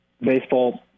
Baseball